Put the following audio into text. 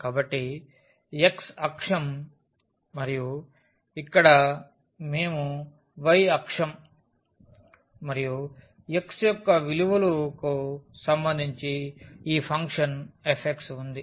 కాబట్టి x అక్షం మరియు ఇక్కడ మేము Y అక్షం మరియు x యొక్క విలువలు సంబంధించి ఈ ఫంక్షన్ f ఉంది